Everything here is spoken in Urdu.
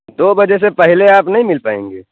دو بجے سے پہلے آپ نہیں مل پائیں گے